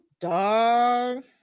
Dog